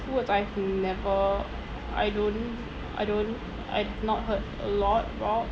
hurtful words I've never I don't I don't I'd not heard a lot about